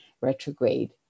retrograde